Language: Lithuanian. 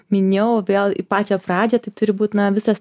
minėjau vėl į pačią pradžią tai turi būt na visas